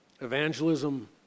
evangelism